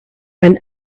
when